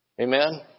Amen